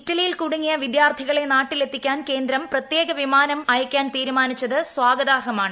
ഇറ്റലിയിൽ കൂടുങ്ങിയ വിദ്യാർഥികളെ നാട്ടിലെത്തിക്കാൻ കേന്ദ്രം പ്രത്യേകം വിമാനം അയക്കാൻ തീരുമാനിച്ചത് സ്വാഗതാർഹമാണ്